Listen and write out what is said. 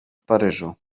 paryżu